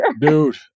dude